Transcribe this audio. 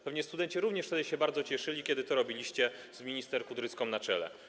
Pewnie studenci wtedy się bardzo cieszyli, kiedy to robiliście z minister Kudrycką na czele.